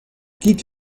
quitte